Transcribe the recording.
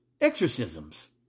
exorcisms